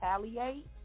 retaliate